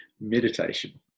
meditation